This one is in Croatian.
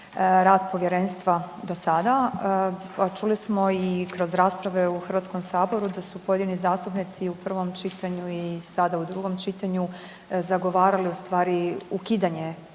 rad povjerenstva do sada. Čuli smo i kroz rasprave u HS-u da su pojedini zastupnici u prvom čitanju i sada u drugom čitanju zagovarali ustvari ukidanje